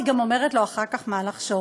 היא גם אומרת לו אחר כך מה לחשוב.